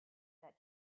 that